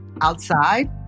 outside